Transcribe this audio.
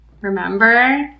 Remember